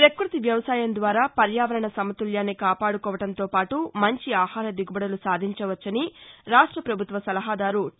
ప్రపక్పతి వ్యవసాయం ద్వారా పర్యావరణ సమతుకాన్ని కాపాడుకోవడంతోపాటు మంచి ఆహార దిగుబడులు సాధించవచ్చని రాష్ట్ర పభుత్వ సలహాదారు టి